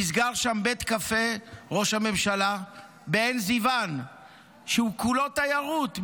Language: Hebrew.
נסגר שם בית קפה בעין זיון שהוא כולו תיירות,